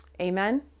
Amen